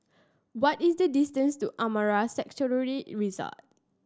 what is the distance to Amara Sanctuary Resort